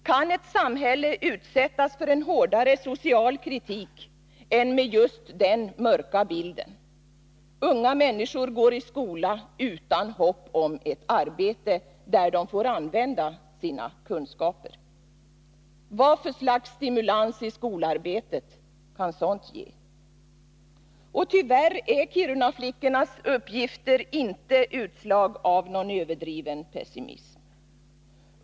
Kan ett samhälle utsättas för en hårdare social kritik än med just den mörka bilden — unga människor går i skolan utan hopp om ett arbete där de får använda sina kunskaper? Vad för slags stimulans i skolarbetet kan sådant ge? Och tyvärr är Kirunaflickornas uppgifter inte utslag av någon överdriven pessimism.